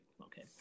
okay